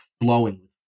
flowing